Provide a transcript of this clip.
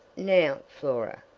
now, flora,